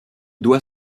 doit